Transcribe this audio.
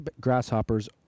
grasshoppers